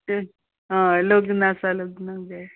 हय लग्न आसा लग्नाक जाय